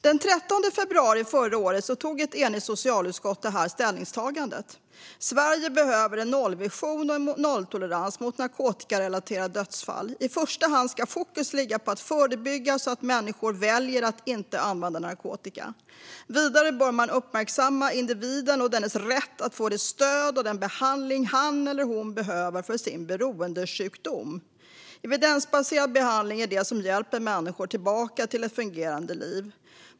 Den 13 februari förra året gjorde ett enigt socialutskott det här ställningstagandet: "Sverige behöver en nollvision och en nolltolerans mot narkotikarelaterade dödsfall. I första hand ska fokus ligga på att förebygga så att människor väljer att inte använda narkotika. Vidare bör man uppmärksamma individen och dennes rätt att få det stöd och den behandling han eller hon behöver för sin beroendesjukdom. Evidensbaserad behandling är det som hjälper människor tillbaka till ett fungerande liv.